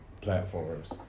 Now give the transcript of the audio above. platforms